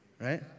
right